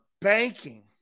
banking